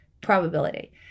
probability